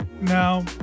Now